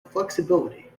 flexibility